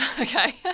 Okay